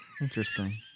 Interesting